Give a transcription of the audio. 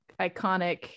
iconic